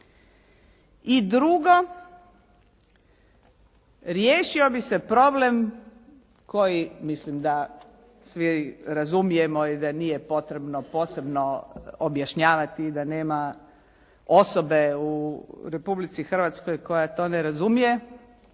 I drugo, riješio bi se problem koji mislim da svi razumijemo i da nije potrebno posebno objašnjavati i da nema osobe u Republici Hrvatskoj koja to ne razumije,